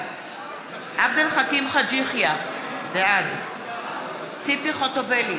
בעד עבד אל חכים חאג' יחיא, בעד ציפי חוטובלי,